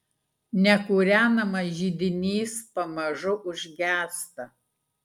nekūrenamas židinys pamažu užgęsta